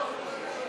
דוד,